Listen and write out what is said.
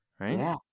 right